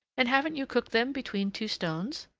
and haven't you cooked them between two stones?